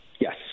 Yes